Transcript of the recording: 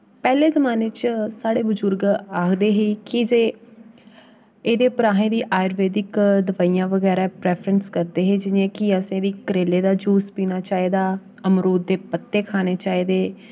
पैह्ले जमाने च साढ़े जुर्ग आखदे हे के जे एह्दे उप्पर अहें गी आयुरवैदिक दवाइयां बगैरा प्रैफर करदे हे जि'यां कि असेंगी करेले दा जूस पीना चाहिदा अमरूद दे पत्ते खाने चाहिदे